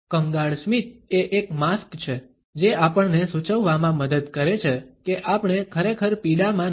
કંગાળ સ્મિત એ એક માસ્ક છે જે આપણને સૂચવવામાં મદદ કરે છે કે આપણે ખરેખર પીડામાં નથી